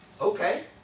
Okay